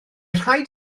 rhaid